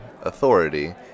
authority